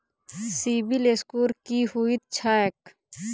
CIBIL score की होइत छैक?